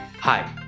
Hi